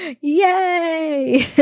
yay